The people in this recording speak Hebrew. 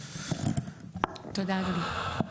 תודה, אדוני.